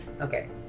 Okay